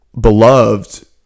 beloved